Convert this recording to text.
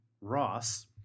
Ross